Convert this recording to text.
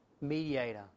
mediator